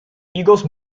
higos